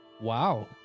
wow